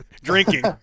drinking